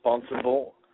responsible